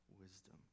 wisdom